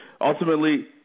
ultimately